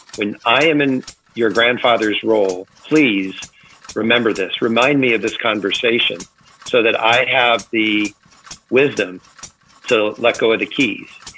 when i am in your grandfather's role, please remember this, remind me of this conversation so that i have the wisdom to let go of the keys.